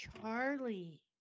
Charlie